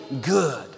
good